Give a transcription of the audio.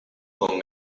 con